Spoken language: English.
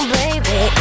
baby